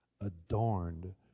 adorned